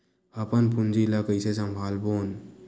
अपन पूंजी ला कइसे संभालबोन?